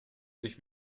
sich